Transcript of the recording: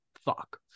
fuck